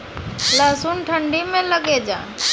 लहसुन ठंडी मे लगे जा?